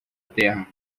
terra